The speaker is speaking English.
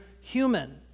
human